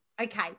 okay